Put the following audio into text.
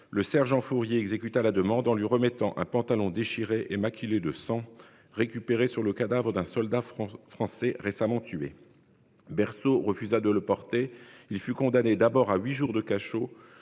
le sergent Fourrier exécute à la demande en lui remettant un pantalon déchirés et maculés de sang. Récupérée sur le cadavre d'un soldat français français récemment tué. Berceau refusa de le porter. Il fut condamné d'abord à huit jours de cachot